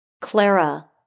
Clara